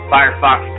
Firefox